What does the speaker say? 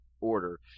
order